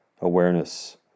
awareness